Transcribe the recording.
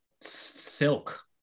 silk